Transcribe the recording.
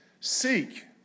Seek